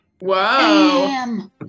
wow